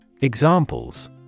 Examples